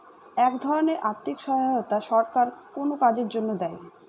এক ধরনের আর্থিক সহায়তা সরকার কোনো কাজের জন্য দেয়